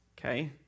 okay